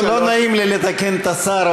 לא נעים לי לתקן את השר,